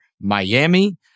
Miami